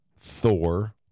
Thor